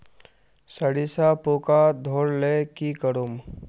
सरिसा पूका धोर ले की करूम?